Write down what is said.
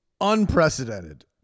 unprecedented